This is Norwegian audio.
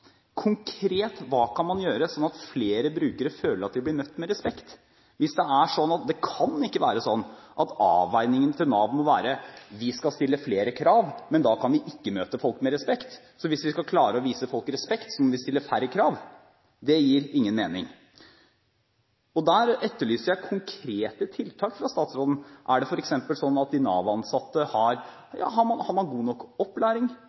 Hva kan man gjøre konkret sånn at flere brukere føler at de blir møtt med respekt? Det kan ikke være sånn at avveiningen til Nav må være: Vi skal stille flere krav, men da kan vi ikke møte folk med respekt. For hvis vi skal klare å møte folk med respekt, må vi stille færre krav. Det gir ingen mening. Der etterlyser jeg konkrete tiltak fra statsråden. Er det f.eks. sånn at Nav-ansatte har god nok opplæring?